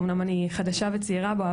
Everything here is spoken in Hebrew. אמנם אני חדשה וצעירה בו,